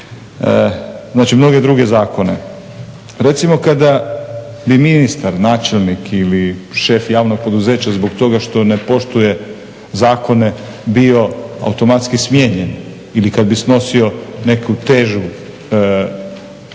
znači mnoge druge zakone. Recimo kada bi ministar, načelnik ili šef javnog poduzeća zbog toga što ne poštuje zakone bio automatski smijenjen ili kad bi snosio neku težu